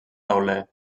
tauler